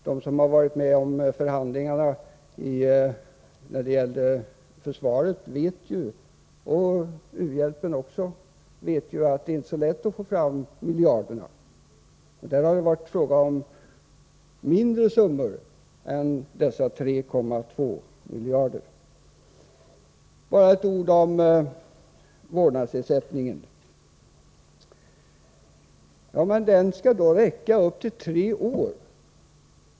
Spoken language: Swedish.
De som har varit med om förhandlingarna när det gäller försvaret eller u-hjälpen vet att det inte är så lätt att få fram miljarderna. Där har det ändå varit fråga om mindre summor än dessa 3,2 miljarder. Bara ett ord om vårdnadsersättningen. Den skall räcka upp till tre år.